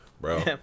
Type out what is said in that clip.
Bro